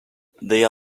they